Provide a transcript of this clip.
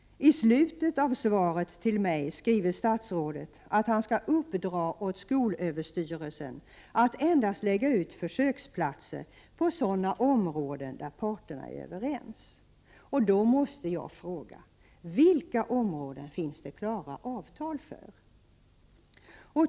I slutet av svaret till mig skriver statsrådet att han skall uppdra åt skolöverstyrelsen att lägga ut försöksplatser endast på sådana områden där parterna är överens. Då måste jag fråga: För vilka områden finns det klara avtal?